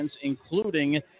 including